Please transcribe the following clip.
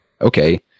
okay